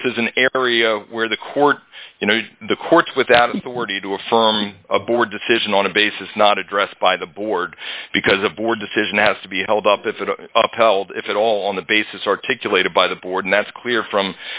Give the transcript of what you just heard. this is an area where the court you know the courts without authority to affirm a board decision on a basis not addressed by the board because a board decision has to be held up if it upheld if at all on the basis articulated by the board and that's clear from